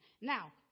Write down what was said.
Now